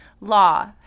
law